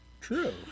true